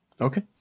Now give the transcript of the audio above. Okay